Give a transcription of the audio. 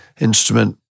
instrument